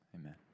amen